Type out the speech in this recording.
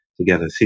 Together